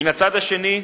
מן הצד השני,